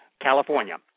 california